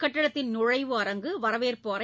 கட்டடத்தின் நுழைவு அரங்கு வவேற்பு அறை